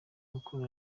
mukuru